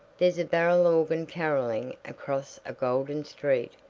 there's a barrel-organ caroling across a golden street,